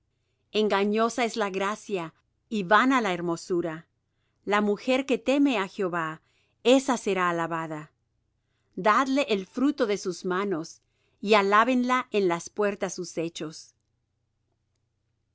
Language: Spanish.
engañosa es la gracia y vana la hermosura la mujer que teme á jehová ésa será alabada dadle el fruto de sus manos y alábenla en las puertas sus hechos